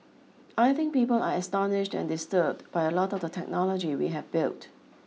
I think people are astonished and disturbed by a lot of the technology we have built